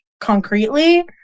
concretely